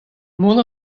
mont